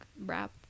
wrap